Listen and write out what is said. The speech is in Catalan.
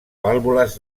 vàlvules